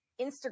Instagram